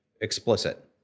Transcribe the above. explicit